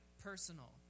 personal